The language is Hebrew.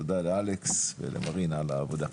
תודה לאלכס ולמרינה על העבודה.